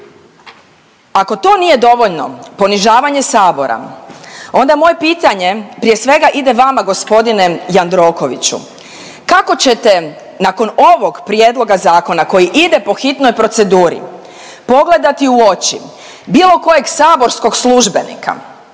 Ako to nije dovoljno ponižavanje Sabora, onda moje pitanje prije svega ide vama, g. Jandrokoviću, kako ćete nakon ovog prijedloga zakona koji ide po hitnoj proceduri pogledati u oči bilo kojeg saborskog službenika